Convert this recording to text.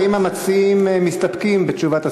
האם המציעים מסתפקים בתשובת השר?